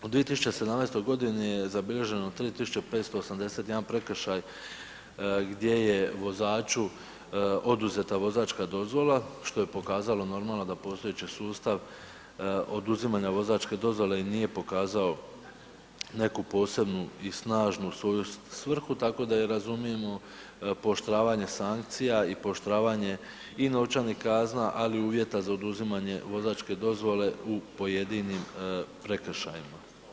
U 2017.g. je zabilježeno 3581 prekršaj gdje je vozaču oduzeta vozačka dozvola, što je pokazalo normalno da postojeći sustav oduzimanja vozačke dozvole i nije pokazao neku posebnu i snažnu svoju svrhu, tako da je razumljivo pooštravanje sankcija i pooštravanje i novčanih kazna, ali i uvjeta za oduzimanje vozačke dozvole u pojedinim prekršajima.